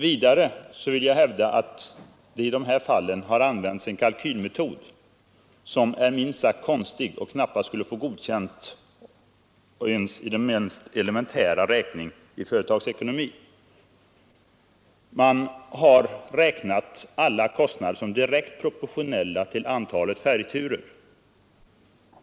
Vidare vill jag hävda att man i dessa fall har använt en kalkylmetod som är minst sagt konstig och som knappast skulle få godkänt ens i den mest elementära kurs i företagsekonomi. Man har betraktat alla kostnader som direkt proportionella mot antalet färjturer.